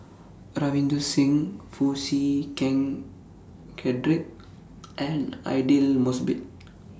Ravinder Singh Foo Chee Keng Cedric and Aidli Mosbit